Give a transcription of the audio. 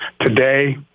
today